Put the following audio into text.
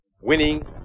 winning